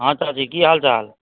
हाँ चाची की हाल चाल